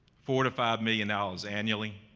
four to five million dollars annually,